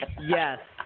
Yes